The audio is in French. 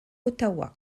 ottawa